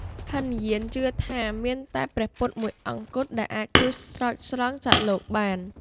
ហីនយានជឿថាមានតែព្រះពុទ្ធមួយអង្គគត់ដែលអាចជួយស្រោចស្រង់សត្វលោកបាន។